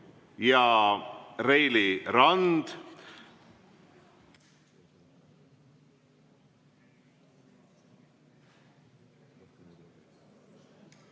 ja Reili Rand.